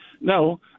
No